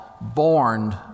born